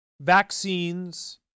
vaccines